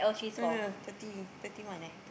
no no no thirty thirty one eh